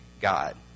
God